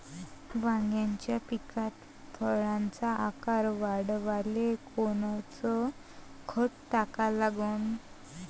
वांग्याच्या पिकात फळाचा आकार वाढवाले कोनचं खत टाका लागन?